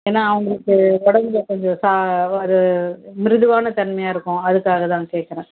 ஏன்னா அவங்களுக்கு உடம்புல கொஞ்சம் சாஃப் ஒரு மிருதுவான தன்மையாக இருக்கும் அதற்காக தான் கேட்குறேன்